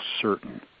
certain